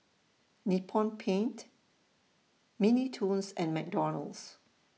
Nippon Paint Mini Toons and McDonald's